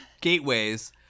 gateways